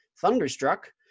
Thunderstruck